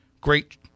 great